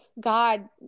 God